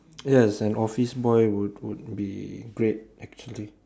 yes an office boy would would be great actually